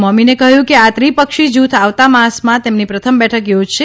મોમીને કહ્યું કે આ ત્રીપક્ષી જૂથ આવતા માસમાં તેમની પ્રથમ બેઠક થોજશે